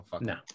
No